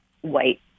white